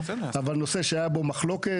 אבל נושא שהיה בו מחלוקת,